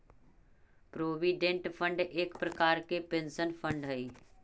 provident fund एक प्रकार के पेंशन फंड हई